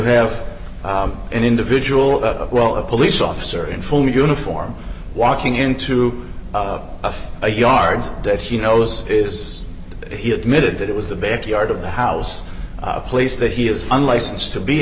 have an individual well a police officer in full uniform walking into a yard that he knows is he admitted that it was the backyard of the house a place that he is unlicensed to be